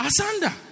Asanda